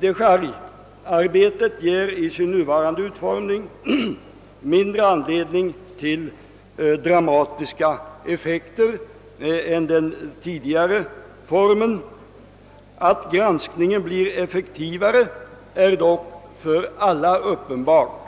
Dechargearbetet ger i sin nuvarande utformning mindre anledning till dramatiska effekter än den tidigare formen. Att granskningen blir effektivare är dock för alla uppenbart.